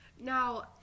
Now